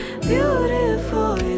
beautiful